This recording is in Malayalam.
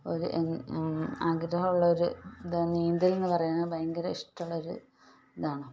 ഒരു ആഗ്രഹമുള്ളവർ നീന്തൽ എന്നു പറയുന്നത് ഭയങ്കര ഇഷ്ടമുള്ളൊരു ഇതാണ്